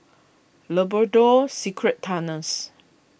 Labrador Secret Tunnels